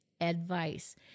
advice